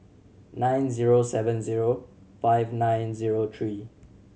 nine zero seven zero five nine zero three